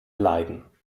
leiden